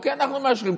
אוקיי, אנחנו מאשרים.